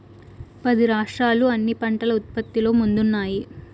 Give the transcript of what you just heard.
పది రాష్ట్రాలు అన్ని పంటల ఉత్పత్తిలో ముందున్నాయి